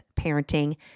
parenting